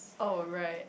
oh right